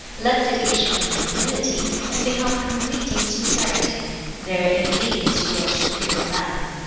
lets it issue in humility, and become complete in sincerity there indeed is your superior man!